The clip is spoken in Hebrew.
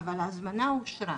אבל ההזמנה אושרה.